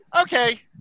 okay